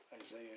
Isaiah